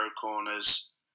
corners